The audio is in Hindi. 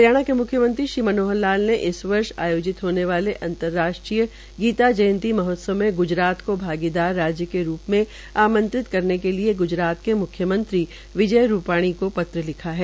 हरियाणा के म्ख्यमंत्री श्री मनोहर लाल ने इस वर्ष आयोजित होने वाले अंतर्राष्ट्रीय गीता जयंती महोत्सव मे गुजरात को भागीदार राज्य के रूप में आंमत्रित करने के लिए ग्जरात के मुख्य मंत्री विजय रूपाणी को पत्र लिखा है